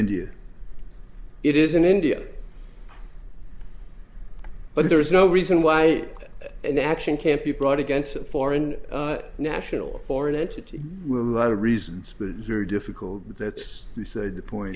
india it is in india but there is no reason why an action can't be brought against a foreign national foreign entity with a lot of reasons but it is very difficult but that's beside the point